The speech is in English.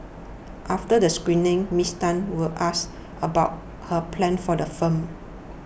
after the screening Ms Tan was asked about her plans for the film